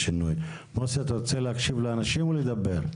מוסי, אתה רוצה להקשיב לאנשים או לדבר?